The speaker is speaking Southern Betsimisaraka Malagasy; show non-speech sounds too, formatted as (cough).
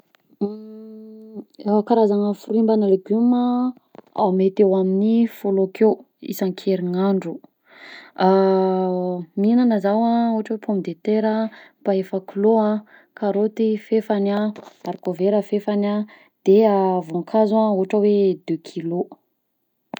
(hesitation) Reo karazana fruit mbana legume a ah mety eo amy folo akeo isan-kerignandro, (hesitation) mihignagna zaho ohatra hoe pomme de terre a fahefakilao a, karaoty fefany a, haricot vert fefany, a de a voankazo a ohatra hoe deux kilo.